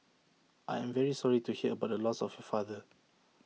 I am very sorry to hear about the loss of your father